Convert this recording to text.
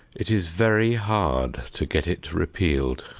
it is very hard to get it repealed.